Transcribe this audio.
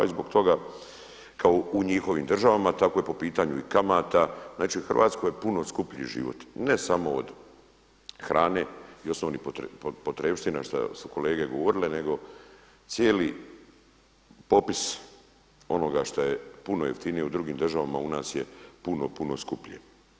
I zbog toga kao i u njihovim državama tako i po pitanju kamata, znači Hrvatskoj je puno skuplji život, ne samo od hrane i osnovnih potrepština što su kolege govorili nego cijeli popis onoga što je puno jeftinije u drugim državama u nas je puno, puno skuplje.